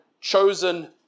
chosen